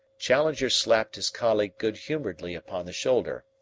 challenger slapped his colleague good-humouredly upon the shoulder.